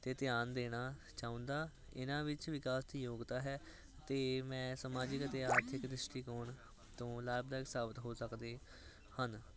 ਅਤੇ ਧਿਆਨ ਦੇਣਾ ਚਾਹੁੰਦਾ ਇਹਨਾਂ ਵਿੱਚ ਵਿਕਾਸ ਯੋਗਤਾ ਹੈ ਅਤੇ ਮੈਂ ਸਮਾਜਿਕ ਅਤੇ ਆਰਥਿਕ ਦ੍ਰਿਸ਼ਟੀਕੋਣ ਤੋਂ ਲਾਭਦਾਇਕ ਸਾਬਤ ਹੋ ਸਕਦੇ ਹਨ